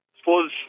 suppose